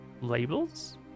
labels